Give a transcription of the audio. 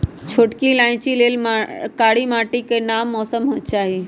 छोटकि इलाइचि लेल कारी माटि आ नम मौसम चाहि